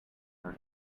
her